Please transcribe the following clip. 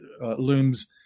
looms